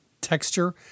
texture